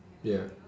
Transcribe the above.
ya